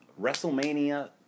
WrestleMania